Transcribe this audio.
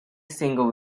single